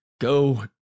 go